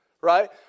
Right